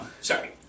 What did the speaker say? Sorry